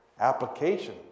application